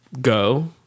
go